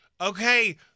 okay